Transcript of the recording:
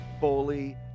bully